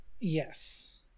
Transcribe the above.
yes